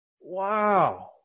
wow